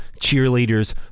cheerleaders